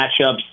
matchups